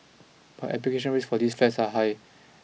but application rates for these flats are high